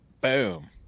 Boom